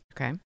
Okay